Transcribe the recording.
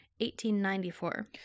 1894